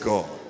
God